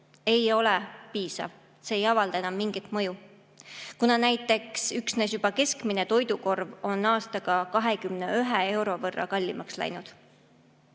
ei ole piisav. See ei avalda enam mingit mõju, kuna üksnes keskmine toidukorv on aastaga 21 euro võrra kallimaks läinud.